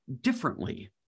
differently